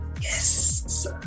Yes